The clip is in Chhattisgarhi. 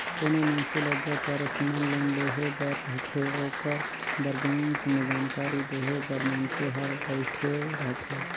कोनो मइनसे ल जब परसनल लोन लेहे बर रहथे ओकर बर बेंक में जानकारी देहे बर मइनसे हर बइठे रहथे